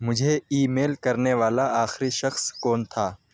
مجھے email کرنے والا آخری شخص کون تھا